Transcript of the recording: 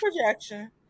projection